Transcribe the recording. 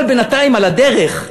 אבל בינתיים, על הדרך,